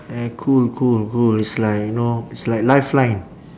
ya cool cool cool it's like you know it's like life line